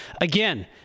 again